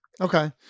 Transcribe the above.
okay